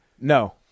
No